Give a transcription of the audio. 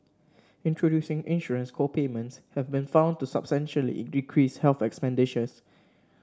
introducing insurance co payments have been found to substantially decrease health expenditures